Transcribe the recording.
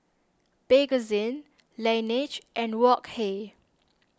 Bakerzin Laneige and Wok Hey